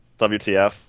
WTF